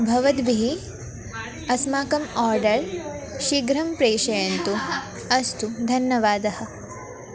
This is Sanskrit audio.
भवद्भिः अस्माकम् ओर्डर् शीघ्रं प्रेषयन्तु अस्तु धन्यवादः